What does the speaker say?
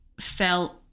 felt